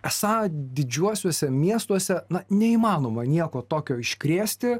esą didžiuosiuose miestuose na neįmanoma nieko tokio iškrėsti